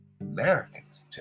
Americans